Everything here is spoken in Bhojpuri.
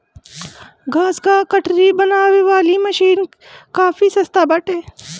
घास कअ गठरी बनावे वाली मशीन काफी सस्ता बाटे